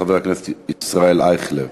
חבר הכנסת ישראל אייכלר.